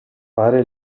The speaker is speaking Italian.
fare